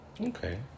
Okay